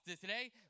today